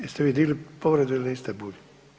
Jeste vi digli povredu ili niste Bulj?